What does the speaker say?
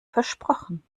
versprochen